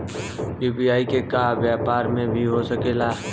UPI के काम व्यापार में भी हो सके ला?